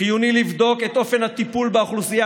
חיוני לבדוק את אופן הטיפול באוכלוסייה